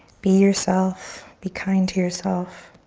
be yourself. be kind to yourself.